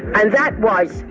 and that was,